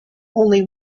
only